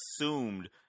assumed